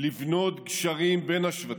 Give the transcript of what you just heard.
לבנות גשרים בין השבטים,